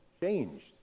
changed